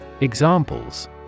Examples